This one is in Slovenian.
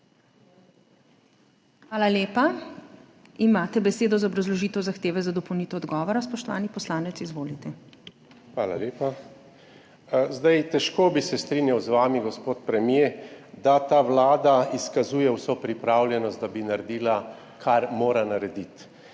Hvala lepa. Imate besedo za obrazložitev zahteve za dopolnitev odgovora, spoštovani poslanec. Izvolite. MAG. JANEZ ŽAKELJ (PS NSi): Hvala lepa. Težko bi se strinjal z vami, gospod premier, da ta vlada izkazuje vso pripravljenost, da bi naredila, kar mora narediti.